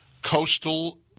coastal